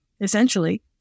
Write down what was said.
essentially